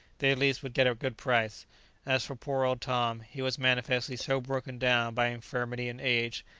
they at least would get a good price as for poor old tom, he was manifestly so broken down by infirmity and age,